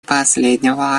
последнего